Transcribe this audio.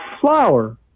flower